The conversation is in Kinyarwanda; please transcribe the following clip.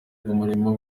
umurimo